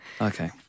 Okay